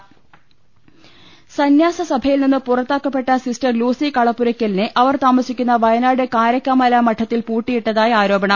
രുട്ട്ട്ട്ട്ട്ട്ട്ട സന്ന്യാസ സഭയിൽ നിന്ന് പുറത്താക്കപ്പെട്ട സിസ്റ്റർ ലൂസി കള പ്പുരക്കലിനെ അവർ താമസിക്കുന്ന വയനാട് കാരക്കാമല മഠത്തിൽ പൂട്ടിയി ട്ടതായി ആരോപണം